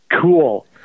cool